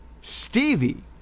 Stevie